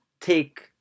take